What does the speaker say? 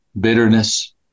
bitterness